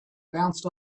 bounced